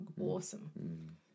awesome